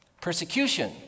persecution